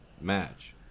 match